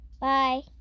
Bye